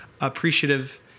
appreciative